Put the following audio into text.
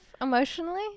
emotionally